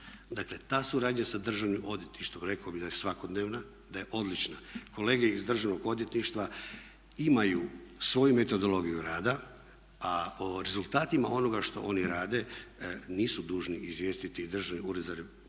Dakle, ta suradnja sa Državnim odvjetništvom rekao bih da je svakodnevna, da je odlična. Kolege iz Državnog odvjetništva imaju svoju metodologiju rada a o rezultatima onoga što oni rade nisu dužni izvijestiti Državni ured